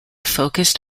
focused